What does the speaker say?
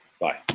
bye